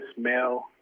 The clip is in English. male